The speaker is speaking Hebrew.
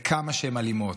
בכמה שהן אלימות.